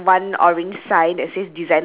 ya and then green shoes